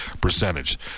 percentage